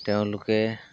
তেওঁলোকে